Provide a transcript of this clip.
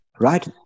right